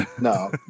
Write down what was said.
No